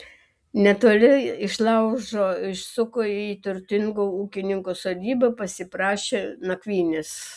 netoli išlaužo užsuko į turtingo ūkininko sodybą pasiprašė nakvynės